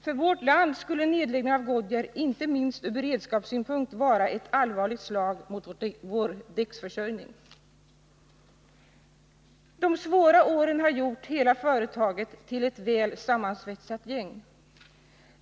För vårt land skulle en nedläggning av Goodyear inte minst ur beredskapssynpunkt vara ett allvarligt slag mot vår däckförsörjning. De svåra åren har gjort alla vid företaget till ett väl sammansvetsat gäng.